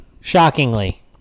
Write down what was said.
Shockingly